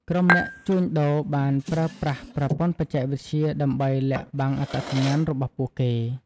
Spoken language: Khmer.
ក្រុមអ្នកជួញដូរបានប្រើប្រាស់ប្រព័ន្ធបច្ចេកវិទ្យាដើម្បីលាក់បាំងអត្តសញ្ញាណរបស់ពួកគេ។